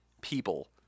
people